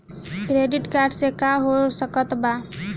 Credit card से का हो सकइत बा?